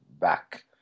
back